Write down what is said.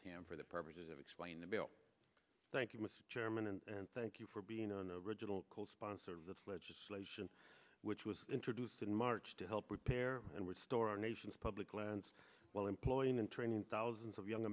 him for the purposes of explain the bill thank you mr chairman and thank you for being on the original co sponsor of this legislation which was introduced in march to help repair and restore our nation's public lands while employing and training thousands of young